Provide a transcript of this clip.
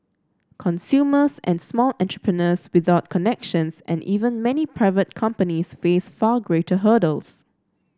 consumers and small entrepreneurs without connections and even many private companies face far greater hurdles